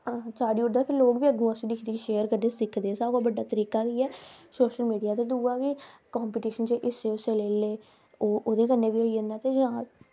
ते लोग बी फ्ही उसी दिक्खी दिक्खियै सिखदे ते साढ़े कोल बड्डा तरीका इयै सोशल मीडिया ते दूआ कंपीटिशन च हिस्सा लेई ले ते ओह् ओह्दे कन्नै बी होई जंदा ते इंया